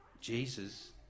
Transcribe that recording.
Jesus